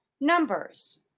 numbers